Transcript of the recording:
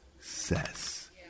success